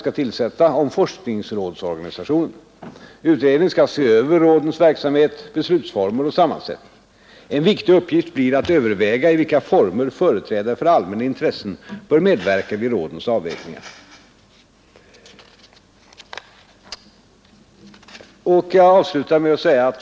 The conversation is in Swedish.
Det innebär att socialvetenskaperna och livsvetenskaperna — grundläggande biologisk och medicinsk forskning och dess tillämpningar i vidaste bemärkelse — kommer att inta en framträdande plats i de kommande årens forskningsprogram.